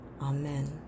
Amen